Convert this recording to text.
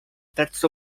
terzo